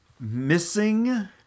missing